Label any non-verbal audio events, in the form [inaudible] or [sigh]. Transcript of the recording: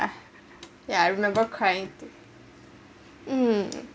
[noise] yeah I remember crying too mm